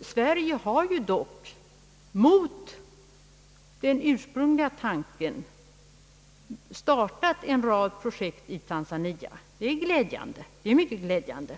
Sverige har ju dessutom, mot den ursprungliga tanken, startat en rad projekt i Tanzania. Det är mycket glädjande.